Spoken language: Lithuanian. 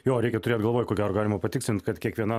jo reikia turėt galvoj ko gero galima patikslint kad kiekviena